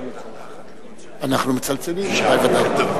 אנחנו מצלצלים, ודאי ודאי.